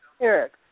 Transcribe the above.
Eric